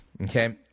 Okay